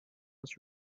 was